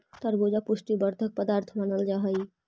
तरबूजा पुष्टि वर्धक पदार्थ मानल जा हई